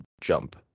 jump